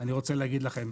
אני רוצה להגיד לכם,